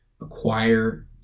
acquire